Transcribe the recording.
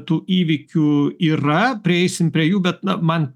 tų įvykių yra prieisim prie jų bet na man